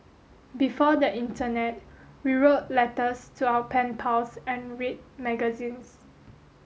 before the internet we wrote letters to our pen pals and read magazines